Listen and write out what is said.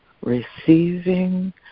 receiving